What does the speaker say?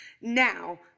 Now